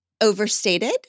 overstated